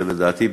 ולדעתי,